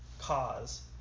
cause